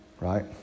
right